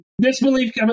disbelief